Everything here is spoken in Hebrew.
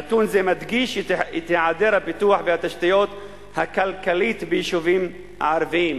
נתון זה מדגיש את היעדר הפיתוח והתשתית הכלכלית ביישובים הערביים.